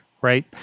right